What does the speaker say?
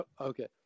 Okay